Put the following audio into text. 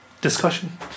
discussion